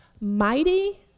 mighty